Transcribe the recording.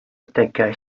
adegau